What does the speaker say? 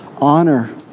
honor